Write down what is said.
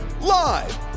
Live